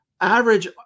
Average